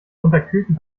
unterkühlten